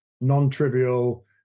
non-trivial